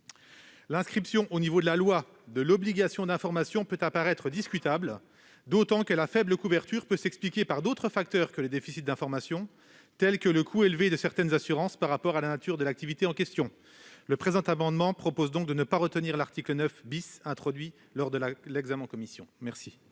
L'inscription dans la loi d'une telle obligation d'information peut apparaître discutable, d'autant que la faible couverture peut s'expliquer par d'autres facteurs que le déficit d'information, tels que le coût élevé de certaines assurances par rapport à la nature de l'activité en question. C'est pourquoi, par le présent amendement, nous proposons de ne pas retenir l'article 9 , introduit lors de l'examen du